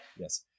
Yes